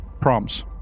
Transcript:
prompts